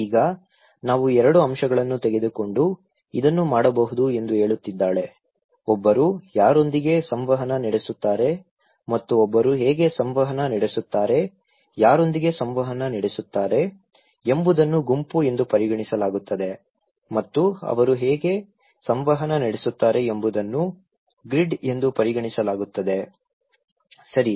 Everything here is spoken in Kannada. ಈಗ ನಾವು 2 ಅಂಶಗಳನ್ನು ತೆಗೆದುಕೊಂಡು ಇದನ್ನು ಮಾಡಬಹುದು ಎಂದು ಹೇಳುತ್ತಿದ್ದಾಳೆ ಒಬ್ಬರು ಯಾರೊಂದಿಗೆ ಸಂವಹನ ನಡೆಸುತ್ತಾರೆ ಮತ್ತು ಒಬ್ಬರು ಹೇಗೆ ಸಂವಹನ ನಡೆಸುತ್ತಾರೆ ಯಾರೊಂದಿಗೆ ಸಂವಹನ ನಡೆಸುತ್ತಾರೆ ಎಂಬುದನ್ನು ಗುಂಪು ಎಂದು ಪರಿಗಣಿಸಲಾಗುತ್ತದೆ ಮತ್ತು ಅವರು ಹೇಗೆ ಸಂವಹನ ನಡೆಸುತ್ತಾರೆ ಎಂಬುದನ್ನು ಗ್ರಿಡ್ ಎಂದು ಪರಿಗಣಿಸಲಾಗುತ್ತದೆ ಸರಿ